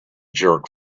jerk